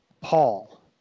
Paul